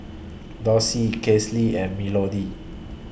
Dossie Kasely and Melodee